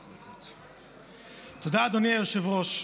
תודה, אדוני היושב-ראש.